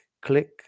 click